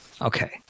Okay